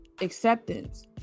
acceptance